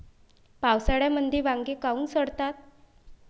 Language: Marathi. पावसाळ्यामंदी वांगे काऊन सडतात?